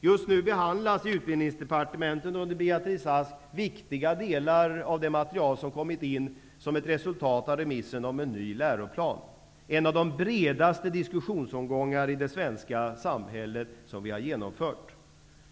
Just nu behandlas i Utbildningsdepartementet under Beatrice Ask viktiga delar av det material som kommit in som ett resultat av remissen av förslaget till en ny läroplan. Det är en av de mest omfattande diskussionsomgångar i det svenska samhället som vi genomfört.